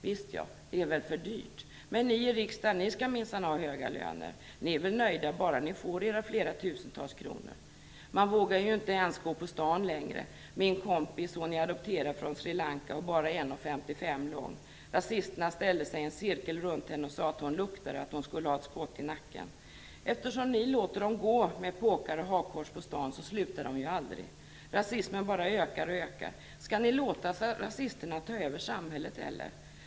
Visst ja, det är väl för dyrt. Men ni i riksdagen skall minsann ha höga löner. Ni är väl nöjda bara ni får era flera tusentals kronor. Man vågar ju inte ens gå på stan längre. Min kompis är adopterad från Sri Lanka och bara 155 cm lång. Rasisterna ställde sig i en cirkel runt henne och sade att hon luktade och att hon skulle ha ett skott i nacken. Eftersom ni låter dem gå med påkar och hakkors på stan slutar de ju aldrig. Rasismen bara ökar och ökar. Skall ni låta rasisterna ta över samhället, eller?